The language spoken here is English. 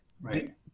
right